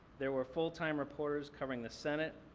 there were full-time reporters covering the senate,